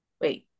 Wait